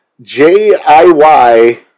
J-I-Y